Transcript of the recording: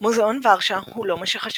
מוזיאון ורשה הוא לא מה שחשבתם,